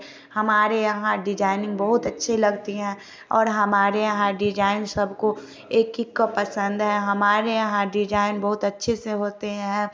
हमारे यहाँ डिजाईनिग बहुत अच्छी लगती है और हमारे यहाँ डिजाईन सबको एक एक को पसंद है हमारे यहाँ डिजाईन बहुत अच्छे से होते है